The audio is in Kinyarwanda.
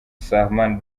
salman